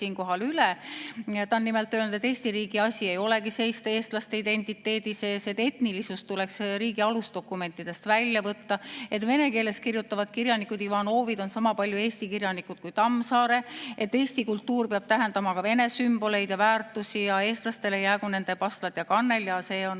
siinkohal üle. Ta on nimelt öelnud, et Eesti riigi asi ei olegi seista eestlaste identiteedi eest, et etnilisus tuleks riigi alusdokumentidest välja võtta, et vene keeles kirjutavad kirjanikud Ivanovid on sama palju Eesti kirjanikud kui Tammsaare, et eesti kultuur peab tähendama ka vene sümboleid ja väärtusi, eestlastele jäägu nende pastlad ja kannel. Sirbis on